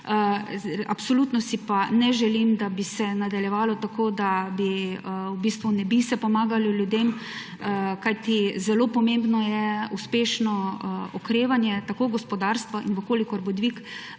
Absolutno si pa ne želim, da bi se nadaljevalo tako, da se ne bi pomagalo ljudem, kajti zelo pomembno je uspešno okrevanje gospodarstva. In če bo dvig